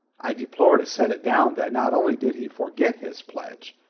i deplore to set it down that not only did he forget his pledge,